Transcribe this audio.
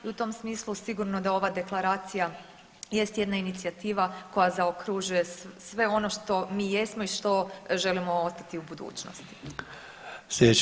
I u tom smislu sigurno da ova deklaracija jest jedna inicijativa koja zaokružuje sve ono što mi jesmo i što želimo ostati u budućnosti.